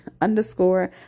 underscore